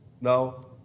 Now